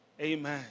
Amen